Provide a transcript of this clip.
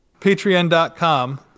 patreon.com